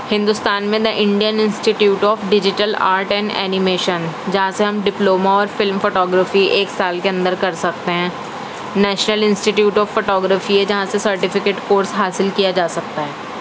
ہندوستان میں نا Indian institute of digital art and animation جہاں سے ہم ڈپلوما اور فلم فوٹو گرافی ایک سال کے اندر کر سکتے ہیں national institute of photography جہاں سے سرٹیفکیٹ کورس حاصل کیا جا سکتا ہے